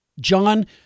John